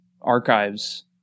archives